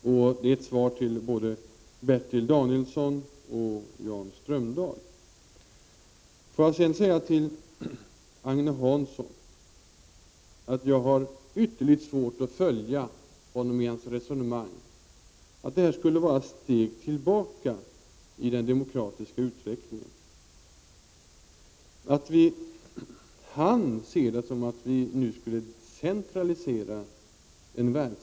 Detta är ett svar till både Bertil Danielsson och Jan Strömdahl. Jag vill sedan till Agne Hansson säga att jag har ytterligt svårt att följa honom i hans resonemang, när han menar att detta skulle vara ett steg tillbaka i den demokratiska utvecklingen. Han ser det som att vi nu skulle centralisera en verksamhet.